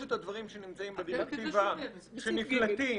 שלושת הדברים שנמצאים בדירקטיבה ושנפלטים,